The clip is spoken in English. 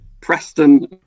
Preston